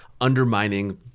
undermining